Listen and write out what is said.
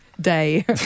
day